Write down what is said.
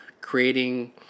creating